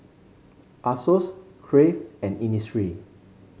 Asos Crave and Innisfree